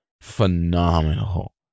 phenomenal